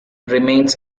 remains